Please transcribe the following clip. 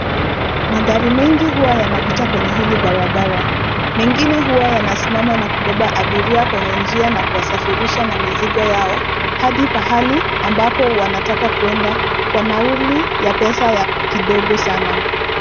Magari mengi huwa yanapita kwenye hili barabara. Mengine huwa yanasimama na kubeba abiria kwenye njia na kuwasafirisha na mizigo yao hadi pahali ambapo wanataka kuenda kwa nauli ya pesa kidogo sana.